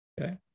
okay